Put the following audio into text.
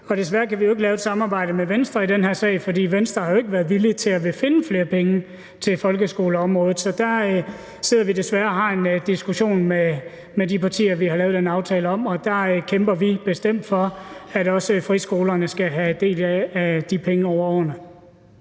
desværre ikke lave et samarbejde med Venstre i den her sag, fordi Venstre jo ikke har været villige til at finde flere penge til folkeskoleområdet. Så der har vi desværre en diskussion med de partier, som vi havde lavet den aftale med. Der kæmper vi bestemt for, at også friskolerne skal have del i de penge over årene.